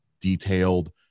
detailed